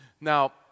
Now